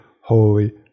holy